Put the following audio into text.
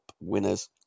winners